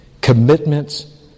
commitments